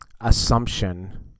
assumption